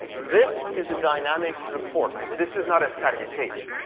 this is a dynamic report. this is not a static page.